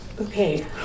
Okay